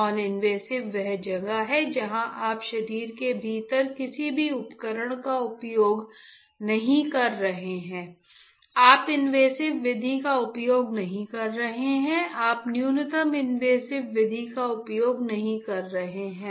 non invasive वह जगह है जहां आप शरीर के भीतर किसी भी उपकरण का उपयोग नहीं कर रहे हैं आप इनवेसिव विधि का उपयोग नहीं कर रहे हैं आप न्यूनतम इनवेसिव विधि का उपयोग नहीं कर रहे हैं